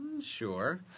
Sure